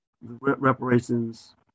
reparations